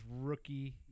rookie